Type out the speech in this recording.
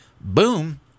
boom